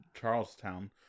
Charlestown